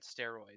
steroids